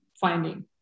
finding